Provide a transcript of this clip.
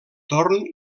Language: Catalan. torn